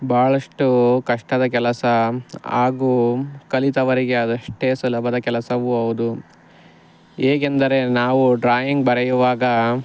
ಭಾಳಷ್ಟು ಕಷ್ಟದ ಕೆಲಸ ಹಾಗೂ ಕಲಿತವರಿಗೆ ಅದಷ್ಟೇ ಸುಲಭದ ಕೆಲಸವೂ ಹೌದು ಹೇಗೆಂದರೆ ನಾವು ಡ್ರಾಯಿಂಗ್ ಬರೆಯುವಾಗ